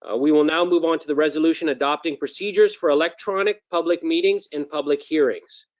ah we will now move on to the resolution adopting procedures for electronic public meetings and public hearings.